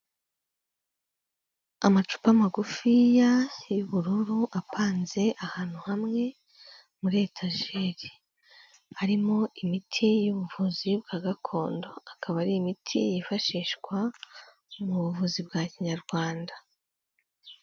Amacupa magufi y'ubururu apanze ahantu hamwe muri etajeri, harimo imiti y'ubuvuzi bwa gakondo, akaba ari imiti yifashishwa mu buvuzi bwa kinyarwanda.